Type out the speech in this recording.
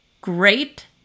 great